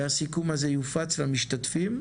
והסיכום הזה יופץ למשתתפים.